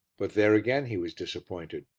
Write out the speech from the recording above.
but there, again, he was disappointed.